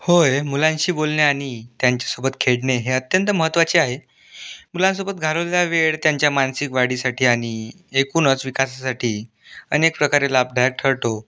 होय मुलांशी बोलणे आणि त्यांच्यासोबत खेळणे हे अत्यंत महत्वाचे आहे मुलांसोबत घालवलेला वेळ त्यांच्या मानसिक वाढीसाठी आनि एकूनच विकासासाठी अनेक प्रकारे लाभदायक ठरतो